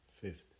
fifth